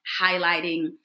highlighting